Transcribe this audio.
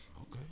Okay